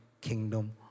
kingdom